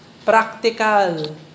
practical